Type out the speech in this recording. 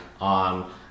on